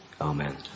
Amen